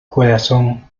corazón